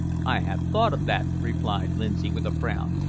i have thought of that, replied lindsay, with a frown.